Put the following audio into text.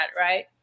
right